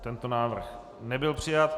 Tento návrh nebyl přijat.